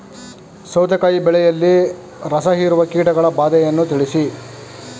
ಸೌತೆಕಾಯಿ ಬೆಳೆಯಲ್ಲಿ ರಸಹೀರುವ ಕೀಟಗಳ ಬಾಧೆಯನ್ನು ತಿಳಿಸಿ?